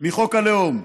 מחוק הלאום?